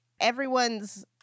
everyone's